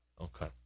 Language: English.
Okay